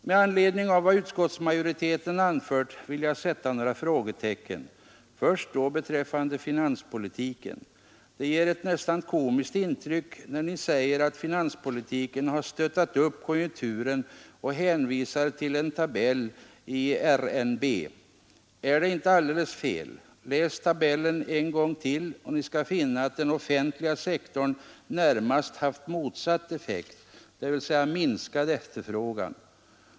Med anledning av vad utskottsmajoriteten anfört vill jag sätta några frågetecken. Först då beträffande finanspolitiken. Det ger ett nästan komiskt intryck när ni säger att finanspolitiken har stöttat upp konjunkturen och hänvisar till en tabell i RNB. Är det inte alldelse fel? Läs tabellen en gång till och ni skall finna att den offentliga sektorn närmast haft motsatt effekt, dvs. minskad efterfrågan.